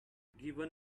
given